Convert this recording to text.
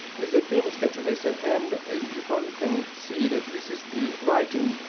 and is a famous sketch, as i say, and you probably can see that this is the writing,